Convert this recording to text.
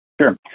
Sure